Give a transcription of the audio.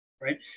right